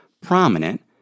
prominent